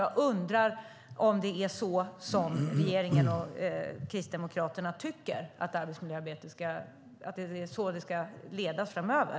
Jag undrar om det är så regeringen och Kristdemokraterna tycker att arbetsmiljöarbetet ska ledas framöver.